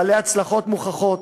בעלי הצלחות מוכחות,